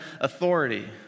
authority